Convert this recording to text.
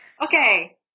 Okay